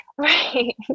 Right